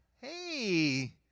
hey